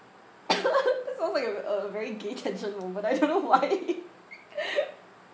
sounds like a a very gay tension moment I don't know why